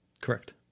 Correct